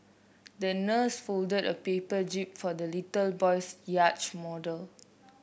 the nurse folded a paper jib for the little boy's yacht model